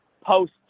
post